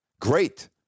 Great